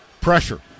Pressure